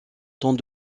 temps